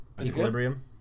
Equilibrium